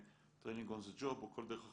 Training on-the-job או כל דרך אחרת,